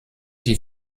die